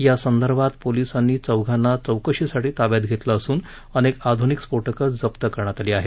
यासंदर्भात पोलीसांनी चौघांना चौकशीसाठी ताब्यात घेतलं असून अनेक आधुनिक स्फोटकं नष्ट करण्यात आली आहेत